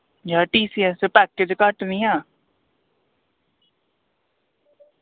यार टीसीएस दा पैकेज घट्ट नी हा